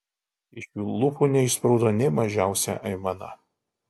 iš jų lūpų neišsprūdo nė mažiausia aimana